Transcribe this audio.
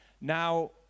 Now